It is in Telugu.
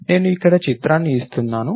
నేను ఇక్కడ చిత్రాన్ని ఇస్తున్నాను